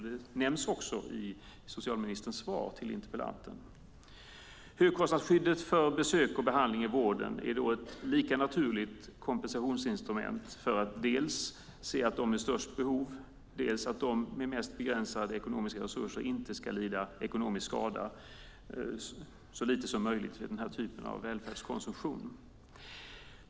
Det nämns också i socialministerns svar till interpellanten. Högkostnadsskyddet för besök och behandling i vården är då ett lika naturligt kompensationsinstrument för att se till att dels de med störst behov, dels de med mest begränsade ekonomiska resurser ska lida så lite ekonomisk skada som möjligt vid den här typen av välfärdskonsumtion.